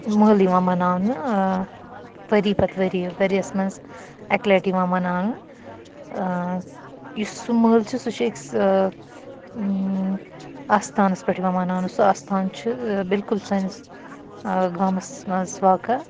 مٲلہٕ یِوان مَناونہٕ ؤرۍ یہِ پَتہٕ ؤرۍ یہِ ؤریَس مَنٛز اَکہِ لَٹہِ یِوان مَناونہٕ یُس سُہ مٲلہٕ چھُ سُہ چھُ أکِس آستانَس پٮ۪ٹھ یِوان مَناونہٕ سُہ آستان چھُ بِلکُل سٲنِس گامَس مَنٛز واقعہ